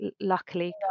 luckily